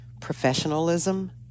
professionalism